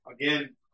again